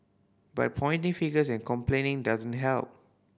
but pointing fingers and complaining doesn't help